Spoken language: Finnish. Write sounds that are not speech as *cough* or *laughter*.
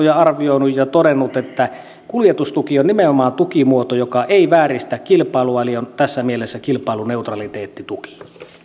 *unintelligible* ja arvioinut ja todennut että kuljetustuki on nimenomaan tukimuoto joka ei vääristä kilpailua eli on tässä mielessä kilpailuneutraali tuki